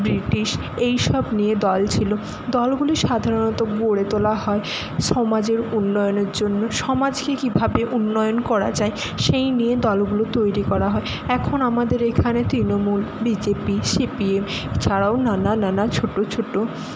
British এইসব নিয়ে দল ছিল দলগুলি সাধারণত গড়ে তোলা হয় সমাজের উন্নয়নের জন্য সমাজকে কীভাবে উন্নয়ন করা যায় সেই নিয়ে দলগুলো তৈরি করা হয় এখন আমাদের এখানে তৃণমূল বিজেপি সিপিএম এছাড়াও নানা নানা ছোটো ছোটো